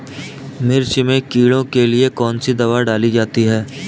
मिर्च में कीड़ों के लिए कौनसी दावा डाली जाती है?